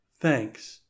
thanks